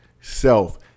Self